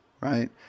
right